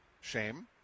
shame